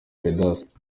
vedaste